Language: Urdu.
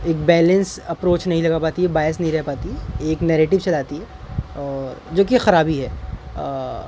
ایک بیلنس اپروچ نہیں لگا پاتی ہے باس نہیں رہ پاتی ایک نریٹیو چلاتی ہے اور جوکہ خرابی ہے